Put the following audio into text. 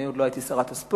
אני עוד לא הייתי שרת הספורט,